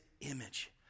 image